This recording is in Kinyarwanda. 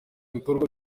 bikorwa